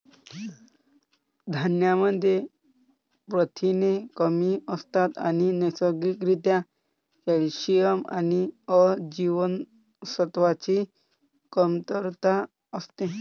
धान्यांमध्ये प्रथिने कमी असतात आणि नैसर्गिक रित्या कॅल्शियम आणि अ जीवनसत्वाची कमतरता असते